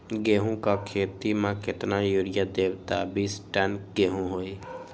गेंहू क खेती म केतना यूरिया देब त बिस टन गेहूं होई?